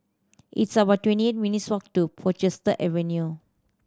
it's about twenty eight minutes' walk to Portchester Avenue